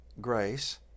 grace